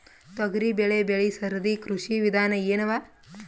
ತೊಗರಿಬೇಳೆ ಬೆಳಿ ಸರದಿ ಕೃಷಿ ವಿಧಾನ ಎನವ?